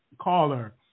caller